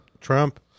Trump